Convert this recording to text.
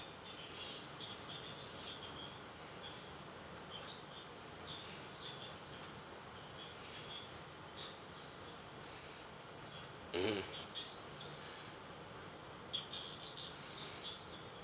mmhmm